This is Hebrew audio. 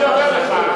אני אומר לך,